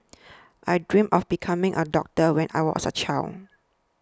I dreamt of becoming a doctor when I was a child